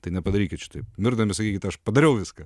tai nepadarykit šitaip mirdami sakykit aš padariau viską